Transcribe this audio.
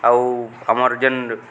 ଆଉ ଆମର୍ ଯେନ୍